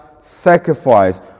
sacrifice